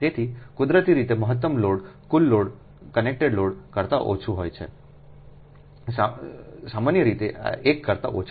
તેથી કુદરતી રીતે મહત્તમ લોડ કુલ કનેક્ટેડ લોડ કરતા ઓછું હોય છે સામાન્ય રીતે એક કરતા ઓછું